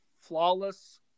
flawless